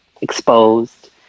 exposed